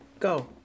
Go